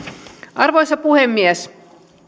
arvoisa puhemies